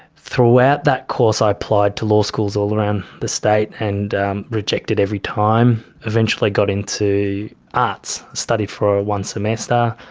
throughout that course i applied to law schools all around the state, and rejected every time, eventually got into arts, studied for one semester,